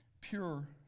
pure